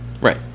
right